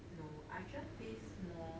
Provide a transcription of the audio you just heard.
no acar taste more